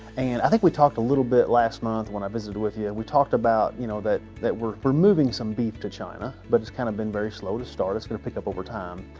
and i think we talked a little bit last month when i visited with you, yeah we talked about you know that that we are moving some beef to china. but it's kind of been very slow to start. it's going to pick up over time.